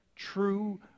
True